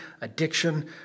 addiction